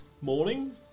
Morning